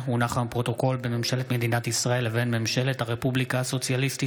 פרוטוקול בין ממשלת מדינת ישראל לבין ממשלת הרפובליקה הסוציאליסטית